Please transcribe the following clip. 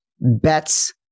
bets